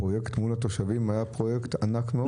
הפרויקט מול התושבים היה פרויקט ענק מאוד.